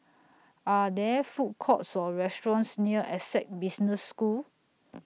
Are There Food Courts Or restaurants near Essec Business School